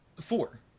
four